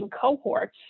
cohorts